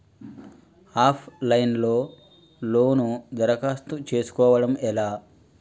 Of line లో loan దరఖాస్తు చేసుకోవడం ఎలా?